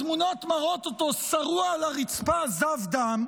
התמונות מראות אותו שרוע על הרצפה זב דם,